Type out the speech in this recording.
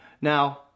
Now